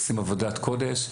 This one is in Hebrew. עושים עבודת קודש.